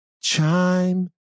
chime